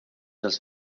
als